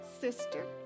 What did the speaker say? Sister